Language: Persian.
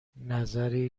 نظری